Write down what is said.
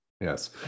Yes